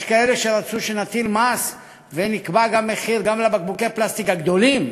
יש כאלה שרצו שנטיל מס ונקבע מחיר גם לבקבוקי הפלסטיק הגדולים,